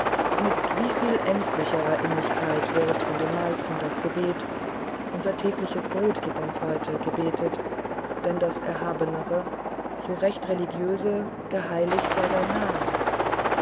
mit wie viel ängstlicherer innigkeit wird von den meisten das gebet unser täglich brot gib uns heute gebetet denn das erhabnere so recht religiöse geheiligt sei dein name